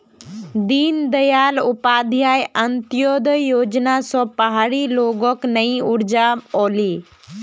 दीनदयाल उपाध्याय अंत्योदय योजना स पहाड़ी लोगक नई ऊर्जा ओले